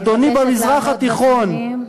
אדוני, במזרח התיכון, אני מבקשת לעמוד בזמנים.